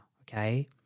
okay